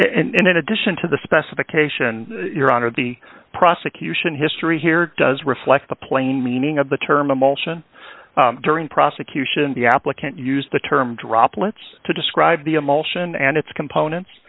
substance and in addition to the specification your honor the prosecution history here does reflect the plain meaning of the term emotion during prosecution the applicant used the term droplets to describe the emotion and its components